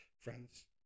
Friends